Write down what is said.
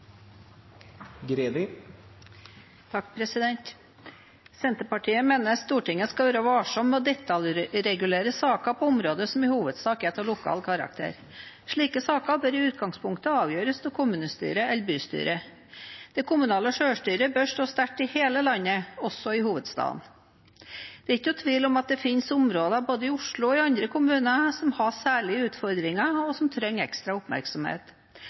Senterpartiet mener Stortinget skal være varsom med å detaljregulere saker på områder som i hovedsak er av lokal karakter. Slike saker bør i utgangspunktet avgjøres av kommunestyre eller bystyre. Det kommunale selvstyret bør stå sterkt i hele landet, også i hovedstaden. Det er ikke noen tvil om at det finnes områder både i Oslo og i andre kommuner som har særlige utfordringer, og som trenger ekstra oppmerksomhet.